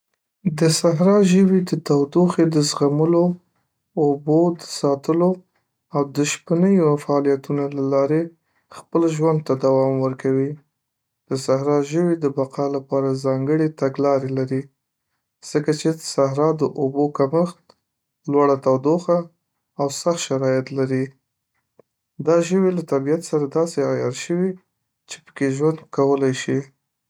.د صحرا ژوي د تودوخې د زغملو، اوبو د ساتلو، او د شپه‌نیو فعالیتونو له لارې خپل ژوند ته دوام ورکوي .د صحرا ژوي د بقا لپاره ځانګړې تګلارې لري، ځکه چې صحرا د اوبو کمښت، لوړه تودوخه، او سخت شرایط لري. دا ژوي له طبیعت سره داسې عیار شوي چې پکې ژوند کولی شي